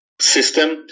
system